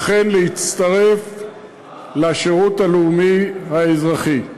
אכן, להצטרף לשירות הלאומי האזרחי.